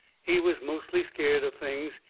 he was mostly scared of things,